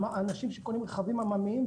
אנשים שקונים רכבים עממיים.